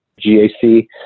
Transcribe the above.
GAC